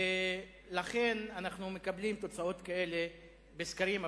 ולכן אנחנו מקבלים תוצאות כאלה בסקרים,